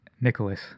nicholas